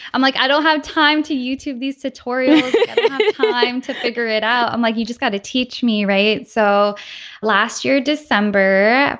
i'm like i don't have time to youtube these tutorials to figure it out. i'm like you just gotta teach me right. so last year december.